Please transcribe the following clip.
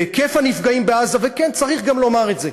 והיקף הנפגעים בעזה, וכן, צריך גם לומר את זה: